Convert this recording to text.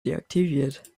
deaktiviert